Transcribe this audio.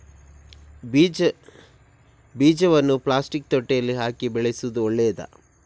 ಬೀಜವನ್ನು ಪ್ಲಾಸ್ಟಿಕ್ ತೊಟ್ಟೆಯಲ್ಲಿ ಹಾಕಿ ಬೆಳೆಸುವುದು ಒಳ್ಳೆಯದಾ?